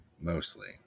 Mostly